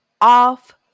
Off